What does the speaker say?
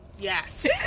Yes